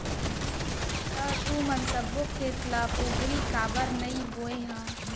त तुमन सब्बो खेत ल पोगरी काबर नइ बोंए ह?